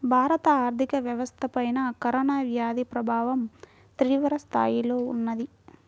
భారత ఆర్థిక వ్యవస్థపైన కరోనా వ్యాధి ప్రభావం తీవ్రస్థాయిలో ఉన్నది